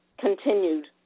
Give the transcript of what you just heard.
continued